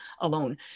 alone